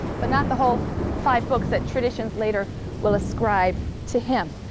but not the whole five books that tradition later will ascribe to him.